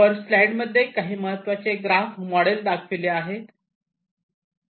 वर स्लाईड मध्ये काही महत्त्वाचे ग्राफ मॉडेल दाखविले आहे